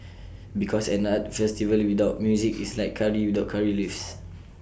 because an arts festival without music is like Curry without Curry leaves